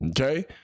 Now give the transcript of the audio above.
Okay